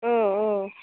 औ औ